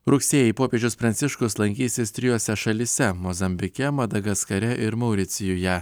rugsėjį popiežius pranciškus lankysis trijose šalyse mozambike madagaskare ir mauricijuje